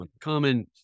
common